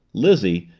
lizzie,